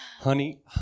honey